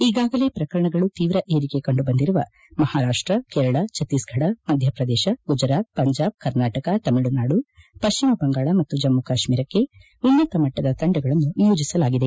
ಈಗಾಗಲೇ ಪ್ರಕರಣಗಳು ತೀವ್ರ ಏರಿಕೆ ಕಂಡುಬಂದಿರುವ ಮಹಾರಾಷ್ವ ಕೇರಳ ಛತ್ತೀಸ್ಫದ ಮಧ್ಯಪ್ರದೇಶ ಗುಜರಾತ್ ಪಂಜಾಬ್ ಕರ್ನಾಟಕ ತಮಿಳುನಾಡು ಪಶ್ಚಿಮ ಬಂಗಾಳ ಮತ್ತು ಜಮ್ಮು ಕಾಶ್ಮೀರಕ್ಕೆ ಉನ್ನತ ಮಟ್ಟದ ತಂಡಗಳನ್ನು ನಿಯೋಜಿಸಲಾಗಿದೆ